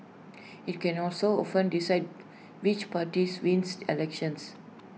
IT can also often decide which party wins elections